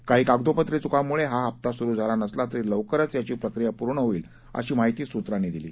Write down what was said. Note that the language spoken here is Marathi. काही कागदोपत्री चुकांमुळे हा हप्ता सुरु झाला नसला तरी लवकरच याची प्रक्रिया पूर्ण होईल अशी माहिती सूत्रांनी दिली